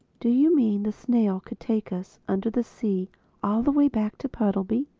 do you mean the snail could take us under the sea all the way back to puddleby?